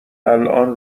الان